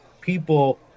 people